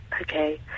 Okay